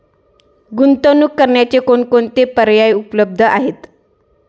गुंतवणूक करण्याचे कोणकोणते पर्याय उपलब्ध आहेत?